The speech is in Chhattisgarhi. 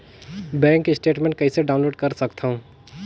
बैंक स्टेटमेंट कइसे डाउनलोड कर सकथव?